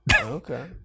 Okay